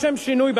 לשם שינוי,